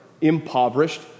impoverished